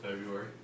February